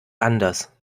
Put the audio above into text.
anders